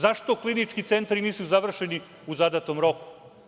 Zašto klinički centri nisu završeni u zadatom roku?